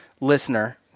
listener